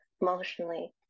emotionally